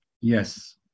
Yes